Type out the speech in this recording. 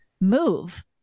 move